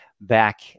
back